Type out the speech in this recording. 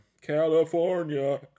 California